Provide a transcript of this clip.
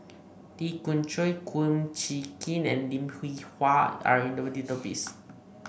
Lee Khoon Choy Kum Chee Kin and Lim Hwee Hua are in the database